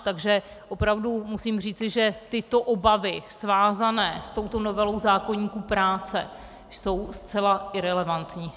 Takže opravdu musím říci, že tyto obavy svázané s touto novelou zákoníku práce jsou zcela irelevantní.